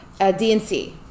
DNC